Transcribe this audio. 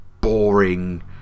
boring